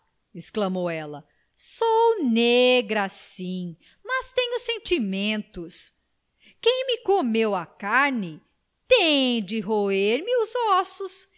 exclamou ela sou negra sim mas tenho sentimentos quem me comeu a carne tem de roer me os ossos